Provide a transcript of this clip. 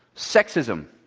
sexism,